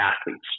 athletes